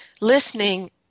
listening